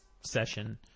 session